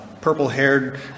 purple-haired